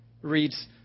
reads